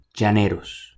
llaneros